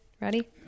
Ready